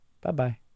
Bye-bye